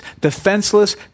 defenseless